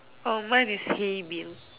orh mine is hey bill